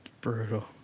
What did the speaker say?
Brutal